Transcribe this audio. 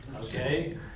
Okay